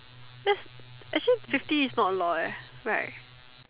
that's actually fifty is not a lot eh right